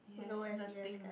no s_c_s guy